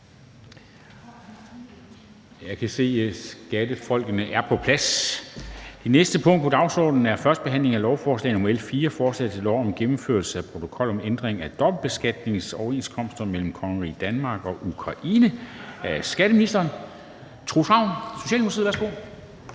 jeg se, at skattefolkene er på plads. --- Det næste punkt på dagsordenen er: 10) 1. behandling af lovforslag nr. L 4: Forslag til lov om gennemførelse af protokol om ændring af dobbeltbeskatningsoverenskomsten mellem Kongeriget Danmark og Ukraine. Af skatteministeren (Morten Bødskov).